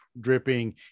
dripping